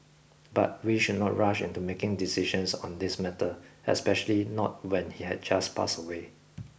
but we should not rush into making decisions on this matter especially not when he had just passed away